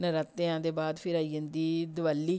नरातेआं दे बाद फिर आई जन्दी दिवाली